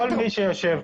כל מי שפה,